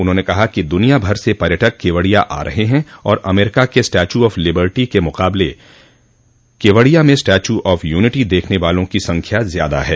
उन्होंने कहा कि दुनियाभर से पर्यटक केवडिया आ रहे हैं और अमरीका के स्टैच्यू ऑफ लिबर्टी के मुकाबले केवडिया में स्टैच्यू ऑफ यूनिटी देखने वालों की संख्या ज्यादा है